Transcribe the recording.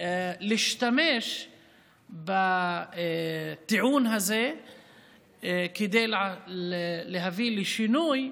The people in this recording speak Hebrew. להשתמש בטיעון הזה כדי להביא לשינוי,